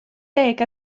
deg